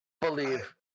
believe